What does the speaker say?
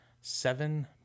seven